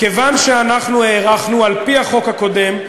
כיוון שאנחנו הארכנו, על-פי החוק הקודם,